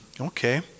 okay